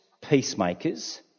peacemakers